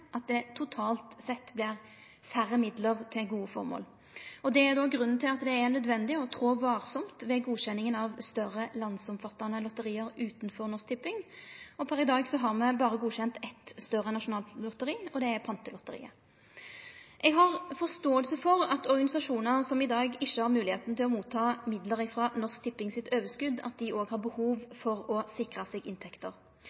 at det totalt sett vert færre midlar til gode formål. Det er grunnen til at det er nødvendig å trå varsamt ved godkjenning av større landsomfattande lotteri utanfor Norsk Tipping. Per i dag har me berre godkjent eit større nasjonalt lotteri, og det er Pantelotteriet. Eg forstår at organisasjonar som i dag ikkje har moglegheit til ta imot midlar frå Norsk Tipping sitt